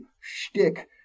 shtick